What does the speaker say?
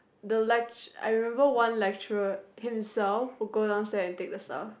the lecture~ I remember one lecturer himself will go downstair and take the stuff